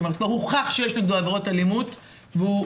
זאת אומרת כבר הוכח שיש נגדו עבירות אלימות והוא